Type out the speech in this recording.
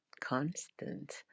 constant